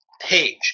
page